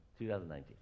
2019